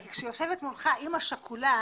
כי כשיושבת מולך אמא שכולה